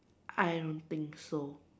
I don't think so